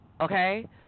Okay